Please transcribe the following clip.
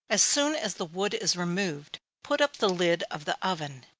as soon as the wood is removed, put up the lid of the oven.